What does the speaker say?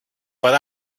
what